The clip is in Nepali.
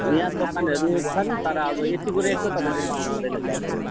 यहाँ दोकानहरू छन् तर आबो यतिको रेटमा तपाईँले पाउनुहुँदैन चामलहरू